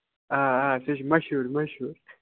آ آ سُہ چھُ مَشہوٗر مشہوٗر